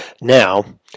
Now